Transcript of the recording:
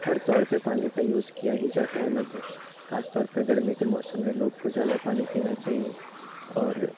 हर तौर पे पानी का यूज़ किया ही जाता है लगभग खास तौर पे गर्मी के मौसम में लोग को ज़्यादा पानी पीना चाहिए और